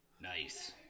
nice